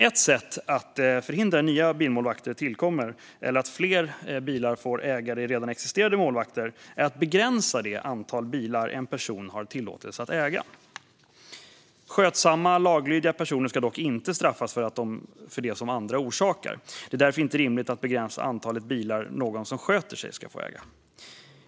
Ett sätt att förhindra att nya bilmålvakter tillkommer eller att fler bilar får ägare i redan existerande målvakter är att begränsa det antal bilar en person har tillåtelse att äga. Skötsamma, laglydiga personer ska dock inte straffas för det som andra orsakar. Det är därför inte rimligt att begränsa antalet bilar någon som sköter sig ska få äga.